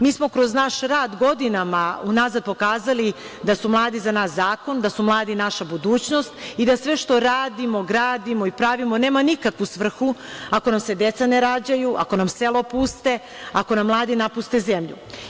Mi smo kroz naš rad godinama unazad pokazali da su mladi za nas zakon, da su mladi naša budućnost i da sve što radimo, gradimo i pravimo nema nikakvu svrhu ako nam se deca ne rađaju, ako nam sela opuste, ako nam mladi napuste zemlju.